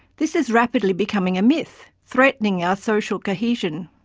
this is rapidly becoming a myth, threatening our social cohesion.